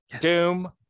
doom